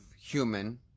human